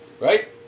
Right